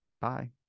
Bye